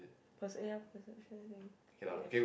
perc~ ya perception I think I guess